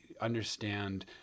understand